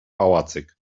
pałacyk